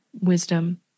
wisdom